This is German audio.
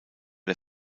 der